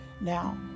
Now